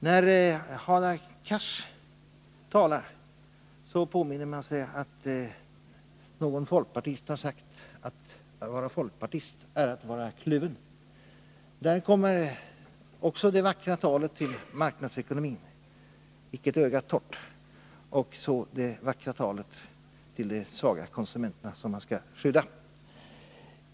När Hadar Cars talar påminner man sig att någon folkpartist har sagt: Att vara folkpartist är att vara kluven. Hadar Cars talar också vackert om marknadsekonomin — inte ett öga kan förbli torrt! — och om de svaga konsumenterna som skall skyddas.